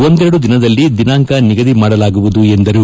ಒಂದೆರಡು ದಿನದಲ್ಲಿ ದಿನಾಂಕ ನಿಗದಿ ಮಾಡಲಾಗುವುದು ಎಂದರು